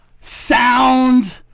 sound